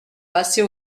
passer